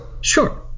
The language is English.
Sure